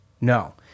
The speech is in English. No